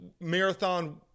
marathon